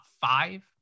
five